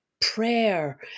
prayer